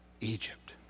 Egypt